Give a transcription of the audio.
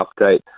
update